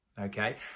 Okay